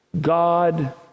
God